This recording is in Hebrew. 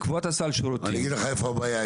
לקבוע את סל השירותים --- אני אגיד לך מאיפה הבעיה.